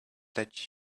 let